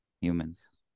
humans